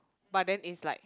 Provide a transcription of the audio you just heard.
but then is like